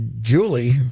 Julie